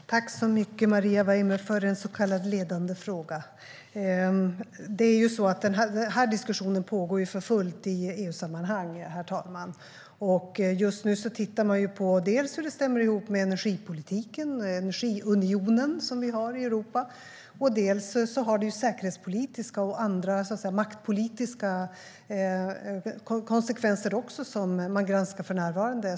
Herr talman! Tack så mycket, Maria Weimer, för en så kallad ledande fråga! Den här diskussionen pågår för fullt i EU-sammanhang, herr talman. Just nu tittar man på hur detta stämmer med energipolitiken, energiunionen, som vi har i Europa. Det har också säkerhetspolitiska och andra, så att säga, maktpolitiska konsekvenser som man granskar för närvarande.